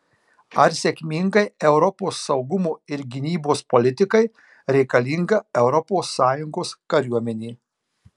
ar sėkmingai europos saugumo ir gynybos politikai reikalinga europos sąjungos kariuomenė